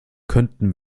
könnten